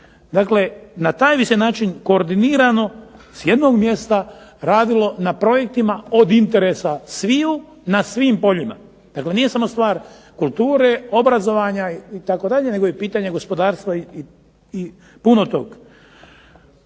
Dakle, na taj bi se način koordinirano s jednog mjesta radilo na projektima od interesa sviju na svim poljima. Dakle, nije samo stvar kulture, obrazovanja itd., nego je pitanje gospodarstva i puno tog.